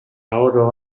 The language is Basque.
oro